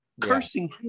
cursing